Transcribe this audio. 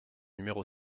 numéro